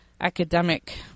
academic